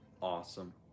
awesome